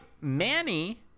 Manny